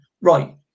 right